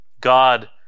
God